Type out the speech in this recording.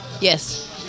Yes